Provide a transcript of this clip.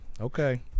okay